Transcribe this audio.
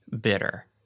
bitter